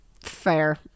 Fair